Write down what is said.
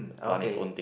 okay